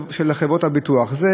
קודם כול, כל אחד לא צריך לקבל.